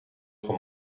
van